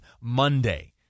Monday